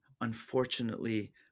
unfortunately